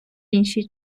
іншій